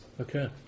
Okay